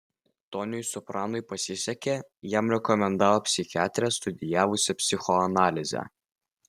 toniui sopranui pasisekė jam rekomendavo psichiatrę studijavusią psichoanalizę